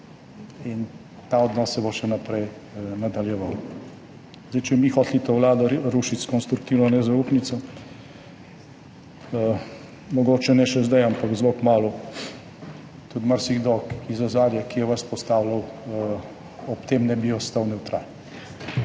in ta odnos se bo še naprej nadaljeval. Če bi mi hoteli to vlado rušiti s konstruktivno nezaupnico, mogoče ne še zdaj, ampak zelo kmalu, tudi marsikdo iz ozadja, ki je vas postavljal, ob tem ne bi ostal nevtralen,